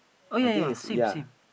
I think is ya